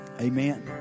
Amen